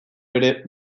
ere